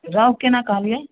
रहु केना कहलियै